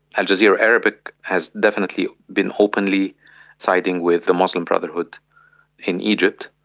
al jazeera arabic has definitely been openly siding with the muslim brotherhood in egypt,